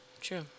True